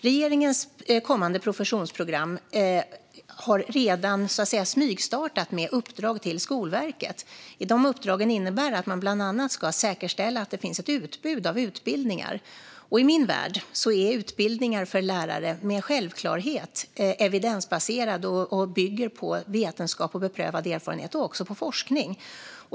Regeringens kommande professionsprogram har redan smygstartat med uppdrag till Skolverket. I de uppdragen ingår bland annat att man ska säkerställa att det finns ett utbud av utbildningar. I min värld är det självklart att utbildningar för lärare är evidensbaserade och bygger på vetenskap och beprövad erfarenhet samt på forskning.